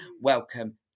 welcome